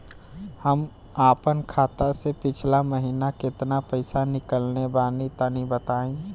हम आपन खाता से पिछला महीना केतना पईसा निकलने बानि तनि बताईं?